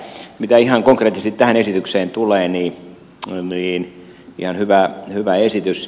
mitä ihan konkreettisesti tähän esitykseen tulee niin ihan hyvä esitys